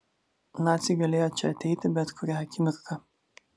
naciai galėjo čia ateiti bet kurią akimirką